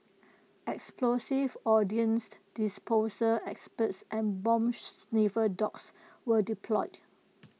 explosives ordnance disposal experts and bomb sniffer dogs were deployed